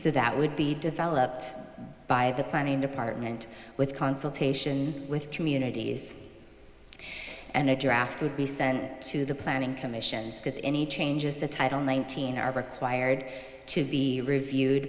so that would be developed by the planning department with consultation with communities and a draft would be sent to the planning commission because any changes to title nineteen are required to be reviewed